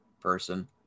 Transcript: person